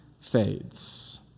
fades